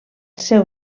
seu